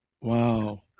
Wow